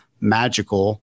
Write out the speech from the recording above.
magical